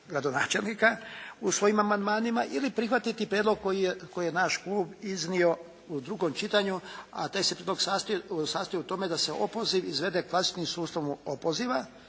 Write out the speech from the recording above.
u svojim amandmanima ili prihvatiti prijedlog koji je naš klub iznio u drugom čitanju a taj se prijedlog sastoji u tome da se opoziv izvede klasičnim sustavom opoziva